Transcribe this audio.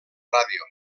ràdio